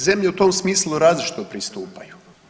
Zemlje u tom smislu različito pristupaju.